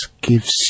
gives